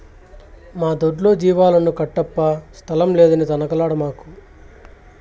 మా దొడ్లో జీవాలను కట్టప్పా స్థలం లేదని తనకలాడమాకు